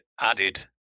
added